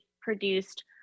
produced